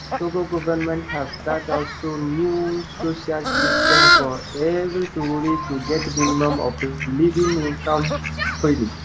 togo government has start also new social system for every togolese to get minimum of living income freely.